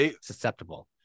susceptible